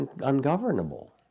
ungovernable